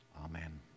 Amen